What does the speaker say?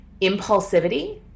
impulsivity